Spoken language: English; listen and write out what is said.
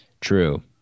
true